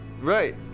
Right